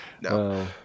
No